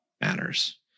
matters